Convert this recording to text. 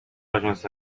ajuns